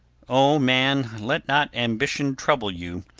o man, let not ambition trouble you,